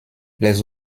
les